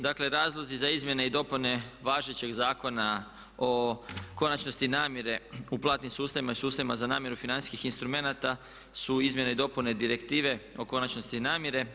Dakle, razlozi za izmjene i dopune važećeg zakona o konačnosti namire u platnim sustavima i sustavima za namiru financijskih instrumenata su izmjene i dopune Direktive o konačnosti namire.